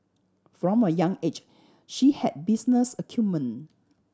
from a young age she had business acumen